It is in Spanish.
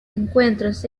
encuentros